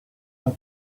hug